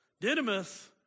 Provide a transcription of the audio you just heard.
Didymus